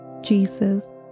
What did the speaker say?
Jesus